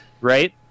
right